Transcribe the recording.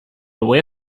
away